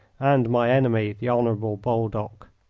and my enemy, the honourable baldock.